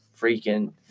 freaking